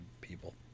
people